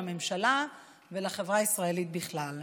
לממשלה ולחברה הישראלית בכלל.